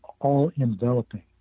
all-enveloping